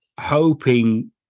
hoping